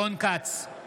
אינו נוכח יוראי להב